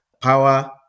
power